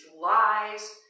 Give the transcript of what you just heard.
lies